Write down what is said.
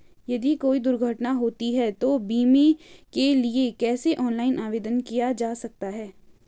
यदि कोई दुर्घटना होती है तो बीमे के लिए कैसे ऑनलाइन आवेदन किया जा सकता है?